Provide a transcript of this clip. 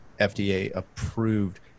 FDA-approved